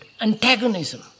antagonism